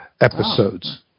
episodes